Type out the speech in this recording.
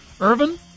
Irvin